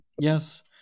Yes